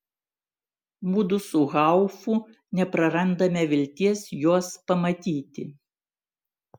mudu su haufu neprarandame vilties juos pamatyti